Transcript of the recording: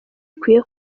ikwiye